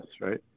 right